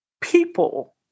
people